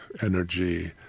energy